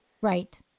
Right